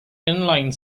inline